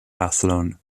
athlone